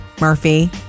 Murphy